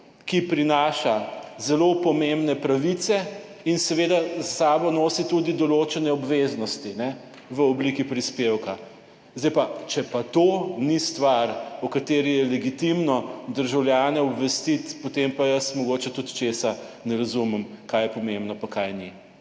ki prinaša zelo pomembne pravice in seveda s sabo nosi tudi določene obveznosti v obliki prispevka. Zdaj pa, če pa to ni stvar, o kateri je legitimno državljane obvestiti, potem pa jaz mogoče tudi česa ne razumem, kaj je pomembno, pa kaj ni